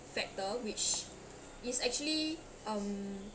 factor which is actually um